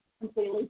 completely